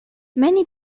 many